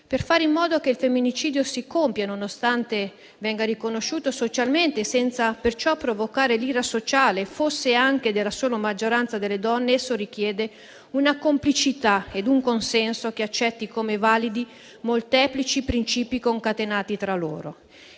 Per fare in modo che il femminicidio si compia nonostante venga riconosciuto socialmente, senza perciò provocare l'ira sociale, fosse anche della sola maggioranza delle donne, esso richiede una complicità e un consenso che accetti come validi molteplici principi concatenati tra loro.